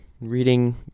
reading